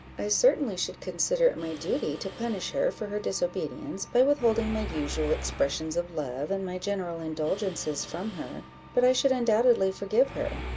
i certainly should consider it my duty to punish her for her disobedience, by withholding my usual expressions of love and my general indulgences from her but i should undoubtedly forgive her,